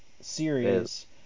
series